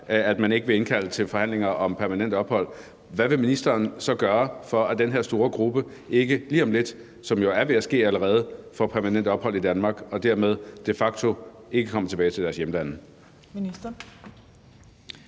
at han ikke vil indkalde til forhandlinger om permanent ophold, hvad vil ministeren så gøre, for at den her store gruppe ikke lige om lidt – det er jo allerede ved at ske – får permanent ophold i Danmark og dermed de facto ikke kommer tilbage til deres hjemland?